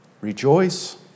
Rejoice